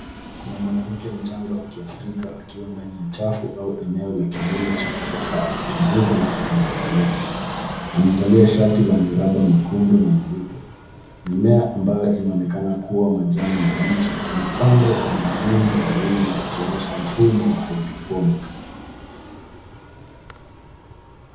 Kuna mwanamke mchanga wa kiafrika akiwa ndani ya jafu au eneo la kilimo cha kisasa akichunguza na kutunza mimea . Amevalia shati la miraba myekundu na myeupe. Mimea ambayo inaonekana kuwa majani mambichi imepandwa kwenye muundo wa wima ikionyesha mfumo wa (cs) hydroponic(cs) .